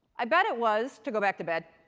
i bet it was to go back to bed.